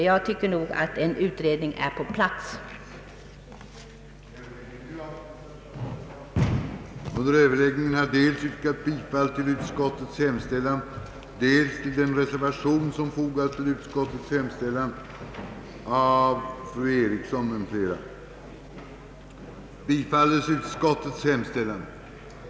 Jag tycker nog att en utredning är på sin plats.